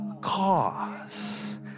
cause